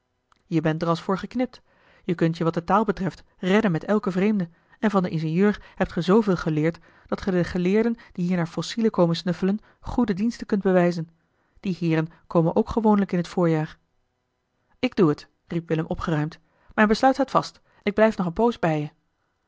je bent er als voor geknipt je kunt je wat de taal betreft redden met elken vreemde en van den ingenieur hebt ge zooveel geleerd dat ge den geleerden die hier naar fossielen komen snuffelen goede diensten kunt bewijzen die heeren komen ook gewoonlijk in het voorjaar ik doe het riep willem opgeruimd mijn besluit staat vast ik blijf nog een poos bij je